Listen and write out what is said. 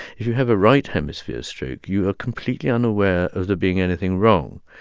if you have a right hemisphere stroke, you are completely unaware of there being anything wrong.